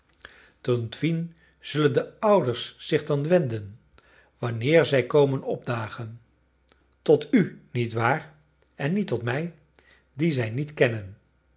tot wien zullen de ouders zich dan wenden wanneer zij komen opdagen tot u niet waar en niet tot mij dien zij niet kennen